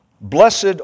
Blessed